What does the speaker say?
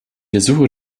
ersuche